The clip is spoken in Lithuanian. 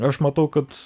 aš matau kad